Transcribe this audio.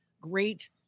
great